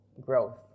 growth